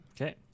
Okay